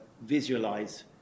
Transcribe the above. visualize